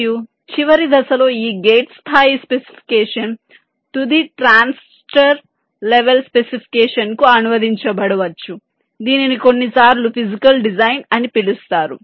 మరియు చివరి దశలో ఈ గేట్ స్థాయి స్పెసిఫికేషన్ తుది ట్రాన్సిస్టర్ లెవల్ స్పెసిఫికేషన్కు అనువదించబడవచ్చు దీనిని కొన్నిసార్లు ఫిజికల్ డిజైన్ అని పిలుస్తారు